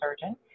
surgeon